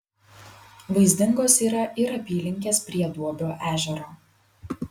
vaizdingos yra ir apylinkės prie duobio ežero